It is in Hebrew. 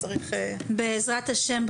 בעזרת השם,